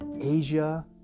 Asia